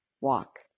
walk